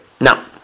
Now